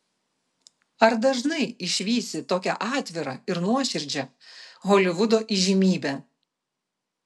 ar dažnai išvysi tokią atvirą ir nuoširdžią holivudo įžymybę